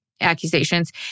accusations